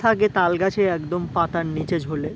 থাকে তাল গাছে একদম পাতার নিচে ঝোলে